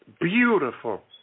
beautiful